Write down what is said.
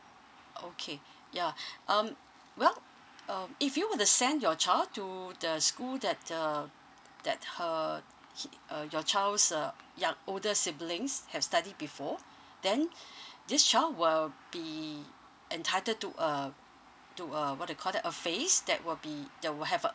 okay yeah um well um if you were to send your child to the school that uh that her he uh your child's uh young older siblings have studied before then this child will be entitled to a to a what they call that a phase that will be that will have a